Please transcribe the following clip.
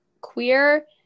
queer